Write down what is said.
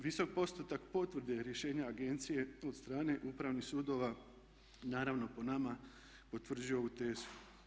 Visok postotak potvrde rješenja agencije od strane upravnih sudova, naravno po nama potvrđuje ovu tezu.